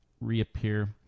reappear